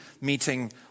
meeting